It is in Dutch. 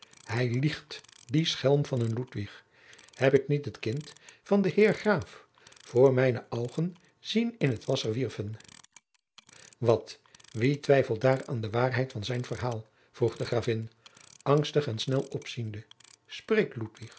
hij liegt die schelm van een ludwig heb ik niet het kind van den heer graaf voor mijne augen zien in t wasser wirfen wat wie twijfelt daar aan de waarheid van zijn verhaal vroeg de gravin angstig en snel opziende